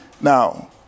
Now